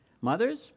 Mothers